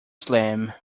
slam